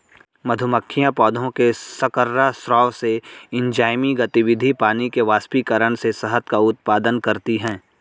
मधुमक्खियां पौधों के शर्करा स्राव से, एंजाइमी गतिविधि, पानी के वाष्पीकरण से शहद का उत्पादन करती हैं